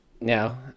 No